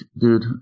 dude